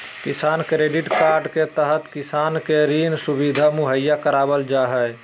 किसान credit card के तहत किसान के ऋण सुविधा मुहैया करावल जा हय